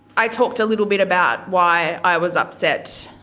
i talked a little bit about why i was upset,